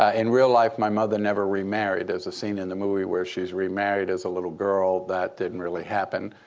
ah in real life, my mother never remarried. there's a scene in the movie where she's remarried as a little girl. that didn't really happen.